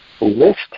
list